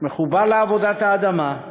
מחובר לעבודת האדמה,